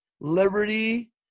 Liberty